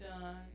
done